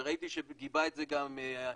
וראיתי שגיבה את זה גם מיקי זוהר,